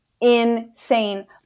insane